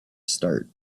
start